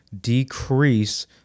decrease